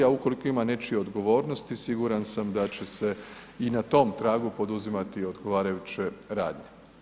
A ukoliko ima nečije odgovornosti, siguran sam da će se i na tom tragu poduzimati odgovarajuće radnje.